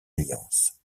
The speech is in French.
alliance